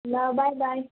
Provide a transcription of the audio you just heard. ल बाई बाई